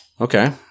Okay